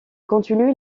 continue